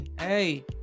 Hey